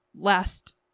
last